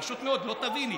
פשוט מאוד לא תביני.